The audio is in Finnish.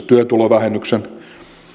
työtulovähennyksen